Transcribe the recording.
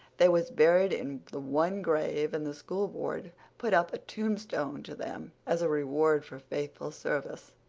they was buried in the one grave and the school board put up a tombstone to them as a reward for faithful service.